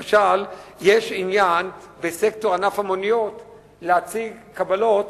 למשל, בסקטור המוניות יש עניין להציג קבלות,